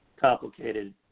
complicated